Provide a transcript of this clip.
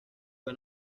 fue